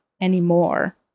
anymore